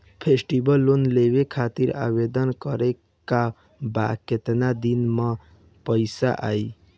Festival loan लेवे खातिर आवेदन करे क बाद केतना दिन म पइसा आई?